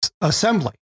assembly